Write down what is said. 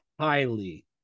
highly